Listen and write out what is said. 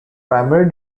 primary